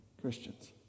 Christians